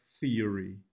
Theory